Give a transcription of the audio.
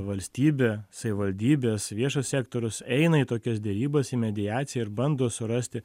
valstybė savivaldybės viešas sektorius eina į tokias derybas į mediaciją ir bando surasti